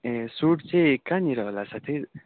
ए suit चाहिँ कहाँनेर होला साथी